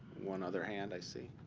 one other hand i see.